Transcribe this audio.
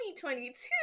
2022